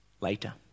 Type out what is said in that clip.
later